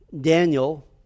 Daniel